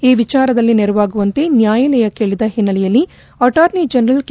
ಈ ವಿಚಾರದಲ್ಲಿ ನೆರವಾಗುವಂತೆ ನ್ಯಾಯಾಲಯ ಕೇಳದ ಹಿನ್ನೆಲೆಯಲ್ಲಿ ಅಟಾರ್ನಿ ಜನರಲ್ ಕೆ